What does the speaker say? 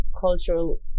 cultural